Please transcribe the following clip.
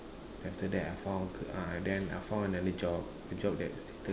then after that I found ah then I found another job a job that is suited